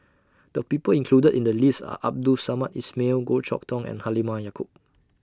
The People included in The list Are Abdul Samad Ismail Goh Chok Tong and Halimah Yacob